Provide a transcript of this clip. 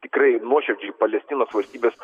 tikrai nuoširdžiai palestinos valstybės